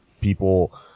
people